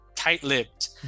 tight-lipped